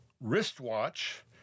wristwatch